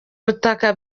butaka